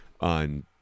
on